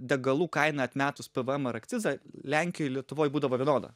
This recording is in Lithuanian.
degalų kaina atmetus pv emą ir akcizą lenkijoj ir lietuvoj būdavo vienoda